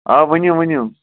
آ ؤنِو ؤنِو